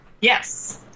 Yes